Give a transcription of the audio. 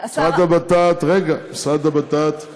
המשרד לביטחון פנים